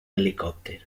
helicòpter